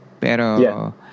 Pero